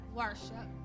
worship